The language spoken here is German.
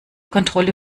kontrolle